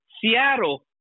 Seattle